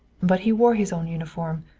but he wore his own uniform,